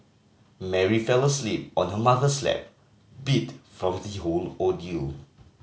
Mary fell asleep on her mother's lap beat from the whole ordeal